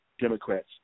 Democrats